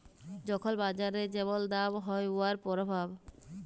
যখল বাজারে যেমল দাম হ্যয় উয়ার পরভাব